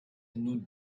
nous